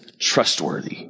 trustworthy